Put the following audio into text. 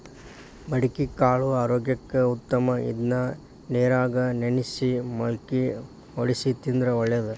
ಮಡಿಕಿಕಾಳು ಆರೋಗ್ಯಕ್ಕ ಉತ್ತಮ ಇದ್ನಾ ನೇರಾಗ ನೆನ್ಸಿ ಮಳ್ಕಿ ವಡ್ಸಿ ತಿಂದ್ರ ಒಳ್ಳೇದ